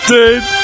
Dude